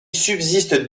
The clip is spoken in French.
subsistent